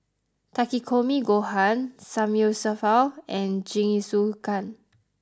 Takikomi Gohan Samgyeopsal and Jingisukan